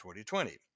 2020